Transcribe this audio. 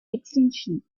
extension